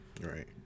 Right